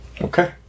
Okay